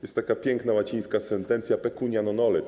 Jest taka piękna łacińska sentencja: pecunia non olet.